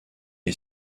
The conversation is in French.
est